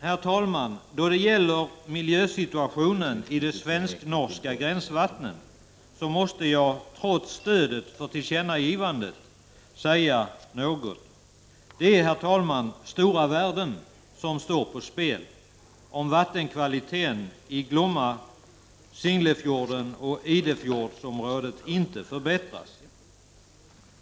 Herr talman! Då det gäller miljösituationen i de svensk-norska gränsvattnen måste jag trots stödet för tillkännagivandet säga något. Det är, herr talman, stora värden som står på spel, om vattenkvaliteten i Glomma, Singlefjorden och Idefjordsområdet inte förbättras.